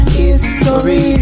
history